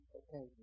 okay